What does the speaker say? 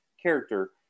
Character